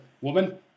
woman